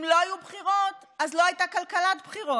אם לא היו בחירות אז לא הייתה כלכלת בחירות,